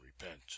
repent